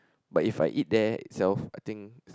but if I eat there itself I think